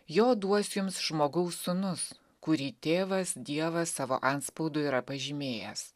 jo duos jums žmogaus sūnus kurį tėvas dievas savo antspaudu yra pažymėjęs